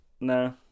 No